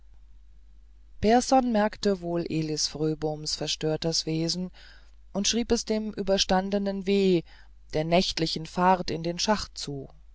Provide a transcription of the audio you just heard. pehrson merkte wohl elis fröboms verstörtes wesen und schrieb es dem überstandenen weh der nächtlichen fahrt in den schacht zu